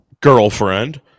girlfriend